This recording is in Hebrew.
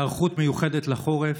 להיערכות מיוחדת לחורף.